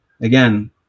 again